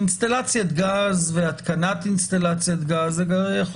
אינסטלציית גז והתקנת אינסטלציית גז זה יכול